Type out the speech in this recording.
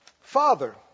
Father